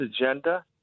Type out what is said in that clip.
agenda